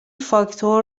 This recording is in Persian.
فاکتور